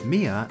Mia